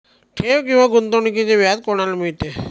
ठेव किंवा गुंतवणूकीचे व्याज कोणाला मिळते?